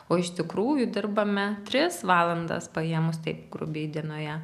o iš tikrųjų dirbame tris valandas paėmus taip grubiai dienoje